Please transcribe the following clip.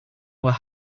were